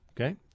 okay